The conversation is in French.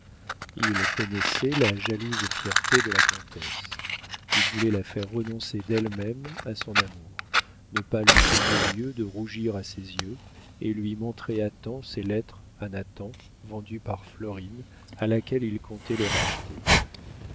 il connaissait la jalouse fierté de la comtesse il voulait la faire renoncer d'elle-même à son amour ne pas lui donner lieu de rougir à ses yeux et lui montrer à temps ses lettres à nathan vendues par florine à laquelle il comptait les racheter